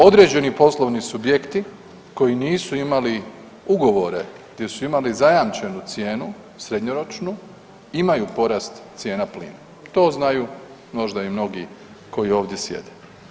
Određeni poslovni subjekti koji nisu imali ugovore gdje su imali zajamčenu cijenu srednjoročnu imaju porast cijena plina, to znaju možda i mnogi koji ovdje sjede.